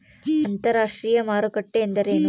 ಅಂತರಾಷ್ಟ್ರೇಯ ಮಾರುಕಟ್ಟೆ ಎಂದರೇನು?